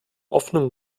offenen